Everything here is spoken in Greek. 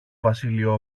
βασίλειο